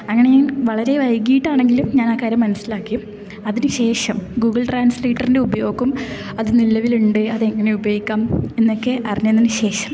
അങ്ങനെ വളരെ വൈകീട്ടാണെങ്കിലും ഞാൻ ആ കാര്യം മനസ്സിലാക്കി അതിനു ശേഷം ഗൂഗിൾ ട്രാൻസ്ലേറ്ററിൻ്റെ ഉപയോഗം അത് നിലവിലുണ്ട് അതെങ്ങനെ ഉപയോഗിക്കാം എന്നൊക്കെ അറിഞ്ഞതിന് ശേഷം